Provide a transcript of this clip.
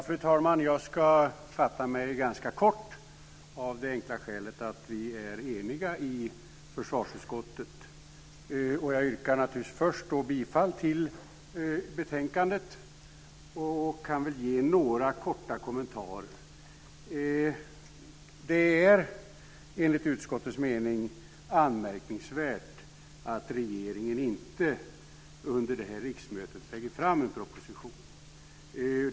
Fru talman! Jag ska fatta mig ganska kort av det enkla skälet att vi är eniga i försvarsutskottet. Jag yrkar naturligtvis först bifall till förslaget i betänkandet och kan ge några korta kommentarer. Det är enligt utskottets mening anmärkningsvärt att regeringen inte under detta riksmöte lägger fram en proposition.